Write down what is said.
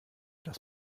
das